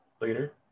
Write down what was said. later